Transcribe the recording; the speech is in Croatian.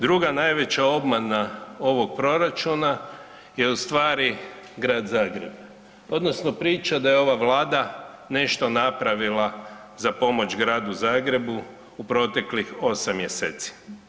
Druga najveća obmana ovog proračuna je u stvari Grad Zagreb odnosno priča da je ova vlada nešto napravila za pomoć Gradu Zagrebu u proteklih 8. mjeseci.